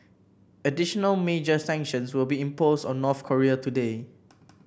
additional major sanctions will be imposed on North Korea today